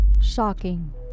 Shocking